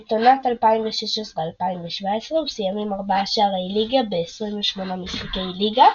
ואת עונת 2016/2017 הוא סיים עם ארבעה שערי ליגה ב-28 משחקי ליגה,